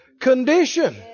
condition